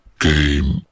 Game